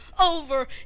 over